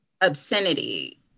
obscenity